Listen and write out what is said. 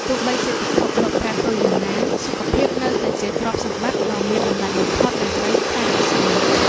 ទោះបីជាពិភពលោកប្រែប្រួលយ៉ាងណា សុខភាពនៅតែជាទ្រព្យសម្បត្តិដ៏មានតម្លៃបំផុតដែលត្រូវថែរក្សា។